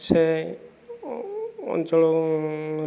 ସେ ଅଞ୍ଚଳ